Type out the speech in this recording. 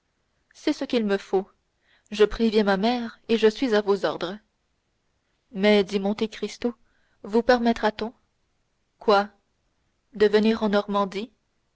c'est ce qu'il me faut je préviens ma mère et je suis à vos ordres mais dit monte cristo vous permettra t on quoi de venir en normandie